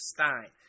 Stein